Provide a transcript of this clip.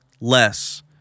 less